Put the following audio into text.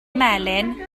melyn